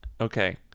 okay